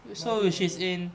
nineteen august